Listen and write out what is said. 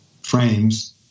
frames